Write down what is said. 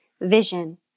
vision